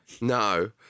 No